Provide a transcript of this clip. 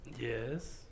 Yes